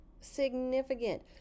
significant